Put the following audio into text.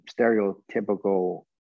stereotypical